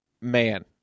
man